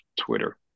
Twitter